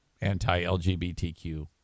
anti-LGBTQ